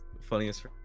funniest